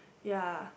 ya